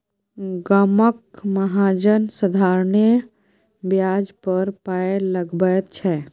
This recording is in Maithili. गामक महाजन साधारणे ब्याज पर पाय लगाबैत छै